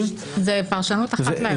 זו פרשנות אחת לאירוע.